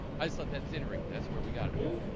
i just thought that zinner ring. that's where we got it from